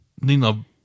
Nina